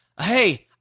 hey